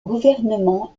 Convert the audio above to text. gouvernement